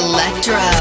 Electro